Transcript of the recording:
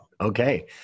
Okay